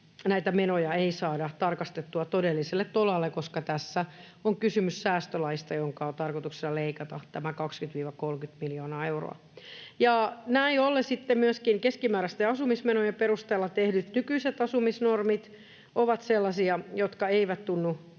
näitä menoja ei saada tarkastettua todelliselle tolalle, koska tässä on kysymys säästölaista, jonka tarkoituksena on leikata tämä 20—30 miljoonaa euroa. Näin ollen sitten myöskin keskimääräisten asumismenojen perusteella tehdyt nykyiset asumisnormit ovat sellaisia, jotka eivät tunnu